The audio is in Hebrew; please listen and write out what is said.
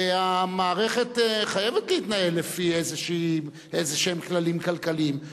המערכת חייבת להתנהל לפי איזשהם כללים כלכליים.